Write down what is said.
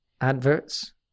adverts